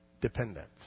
dependence